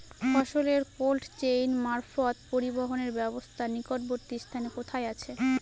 ফসলের cold chain মারফত পরিবহনের ব্যাবস্থা নিকটবর্তী স্থানে কোথায় আছে?